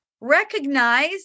recognize